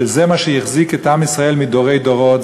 שזה מה שהחזיק את עם ישראל דורי דורות,